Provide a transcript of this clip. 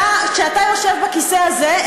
כשאתה יושב בכיסא הזה,